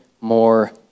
more